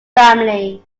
family